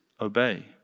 obey